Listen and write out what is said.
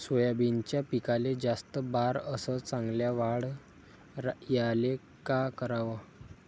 सोयाबीनच्या पिकाले जास्त बार अस चांगल्या वाढ यायले का कराव?